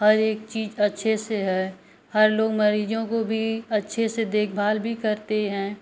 हर एक चीज अच्छे से है हर लोग मरीजों को भी अच्छे से देखभाल भी करते हैं